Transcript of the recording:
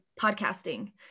podcasting